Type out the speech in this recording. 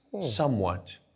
somewhat